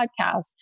podcast